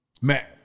man